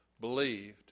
believed